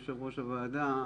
יושב-ראש הוועדה,